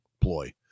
ploy